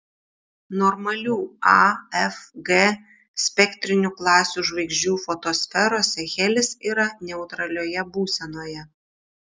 normalių a f g spektrinių klasių žvaigždžių fotosferose helis yra neutralioje būsenoje